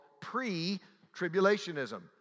pre-tribulationism